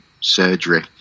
surgery